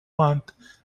want